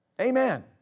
Amen